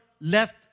left